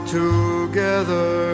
together